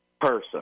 person